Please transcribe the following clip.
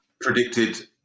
predicted